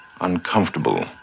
uncomfortable